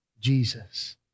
Jesus